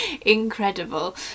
incredible